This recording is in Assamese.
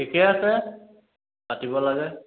ঠিকে আছে পাতিব লাগে